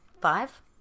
Five